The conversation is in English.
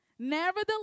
Nevertheless